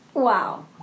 wow